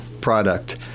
product